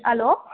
hello